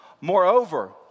Moreover